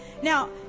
Now